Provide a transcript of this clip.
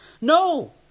No